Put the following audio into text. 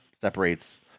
separates